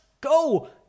go